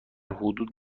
حدود